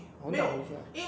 很少回去 ah